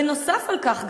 נוסף על כך,